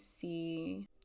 see